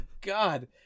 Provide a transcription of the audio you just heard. god